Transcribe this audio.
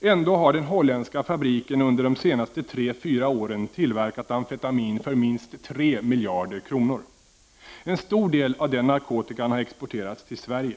Ändå har den holländska fabriken under de senaste tre fyra åren tillverkat amfetamin för minst tre miljarder kronor. En stor del av den narkotikan har exporterats till Sverige.